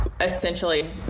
essentially